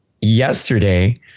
yesterday